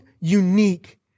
unique